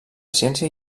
ciència